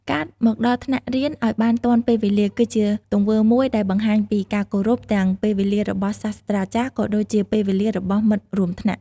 ការ មកដល់ថ្នាក់រៀនឱ្យបានទាន់ពេលវេលា គឺជាទង្វើមួយដែលបង្ហាញពីការគោរពទាំងពេលវេលារបស់សាស្រ្តាចារ្យ ក៏ដូចជាពេលវេលារបស់មិត្តរួមថ្នាក់។